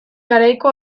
garaiko